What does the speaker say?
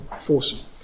force